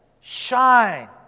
shine